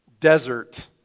desert